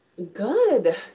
good